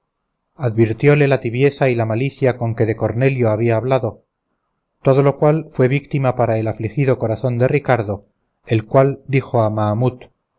ella sentía advirtióle la tibieza y la malicia con que de cornelio había hablado todo lo cual fue víctima para el afligido corazón de ricardo el cual dijo a mahamut